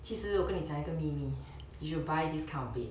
其实我跟你讲一个秘密 if you buy this kind of thing